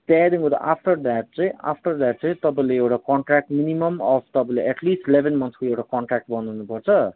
त्यहाँदेखि उता after that चाहिँ आफ्टर द्याट चाहिँ तपाईँले एउटा कन्ट्राक्ट मिनिमम् अफ तपाईँले एटलिस्ट इलेभेन मन्थको एउटा कन्ट्राक्ट बनाउनु पर्छ